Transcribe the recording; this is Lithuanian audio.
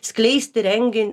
skleisti rengin